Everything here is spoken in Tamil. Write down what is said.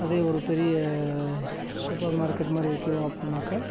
அதே ஒரு பெரிய சூப்பர் மார்க்கெட் மாதிரி வைக்கிறோம் அப்படினாக்கா